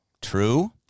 true